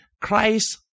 Christ